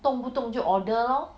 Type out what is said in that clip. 动不动就 order lor